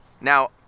now